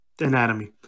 Anatomy